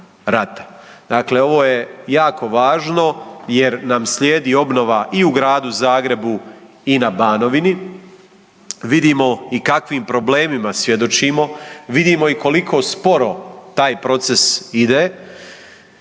Dakle, ovo je jako važno jer nam slijedi obnova i u Gradu Zagrebu i na Banovini. Vidimo i kakvim problemima svjedočimo, vidimo i koliko sporo taj proces ide.